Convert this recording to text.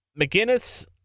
McGinnis